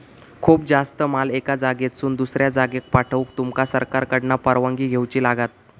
खूप जास्त माल एका जागेसून दुसऱ्या जागेक पाठवूक तुमका सरकारकडना परवानगी घेऊची लागात